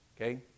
Okay